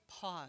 pause